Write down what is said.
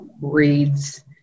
reads